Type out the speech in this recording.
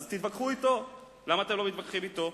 אז תתווכחו אתו, למה אתם לא מתווכחים אתו?